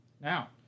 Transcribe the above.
Now